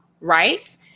right